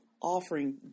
offering